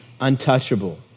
untouchable